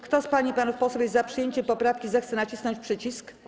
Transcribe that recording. Kto z pań i panów posłów jest za przyjęciem poprawki, zechce nacisnąć przycisk.